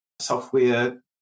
software